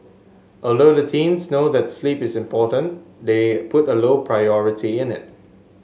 although the teens know that sleep is important they put a low priority in it